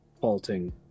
halting